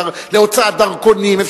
להוצאת דרכונים,